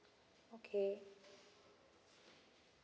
okay